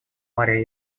марья